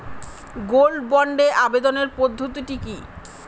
Gold বন্ডে আবেদনের পদ্ধতিটি কি?